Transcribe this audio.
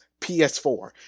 ps4